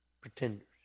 Pretenders